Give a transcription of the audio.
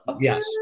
Yes